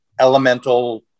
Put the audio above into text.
elemental